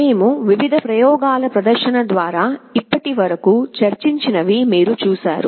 మేము వివిధ ప్రయోగాల ప్రదర్శన ద్వారా ఇప్పటివరకు చర్చించినవి మీరు చూశారు